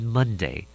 Monday